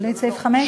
בלי סעיף 5?